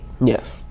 yes